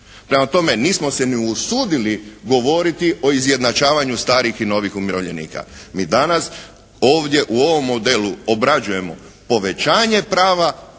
Prema tome nismo se ni usudili govoriti o izjednačavanju starih i novih umirovljenika. Mi danas ovdje u ovom modelu obrađujemo povećanje prava